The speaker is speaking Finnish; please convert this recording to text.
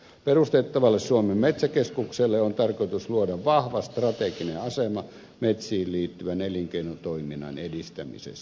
perustettavalle suomen metsäkeskukselle on tarkoitus luoda vahva strateginen asema metsiin liittyvän elinkeinotoiminnan edistämisessä